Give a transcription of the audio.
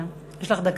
יש לך דקה.